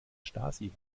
stasi